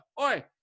Oi